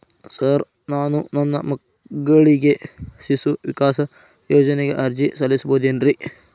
Sir ನಾನು ನನ್ನ ಮಗಳಿಗೆ ಶಿಶು ವಿಕಾಸ್ ಯೋಜನೆಗೆ ಅರ್ಜಿ ಸಲ್ಲಿಸಬಹುದೇನ್ರಿ?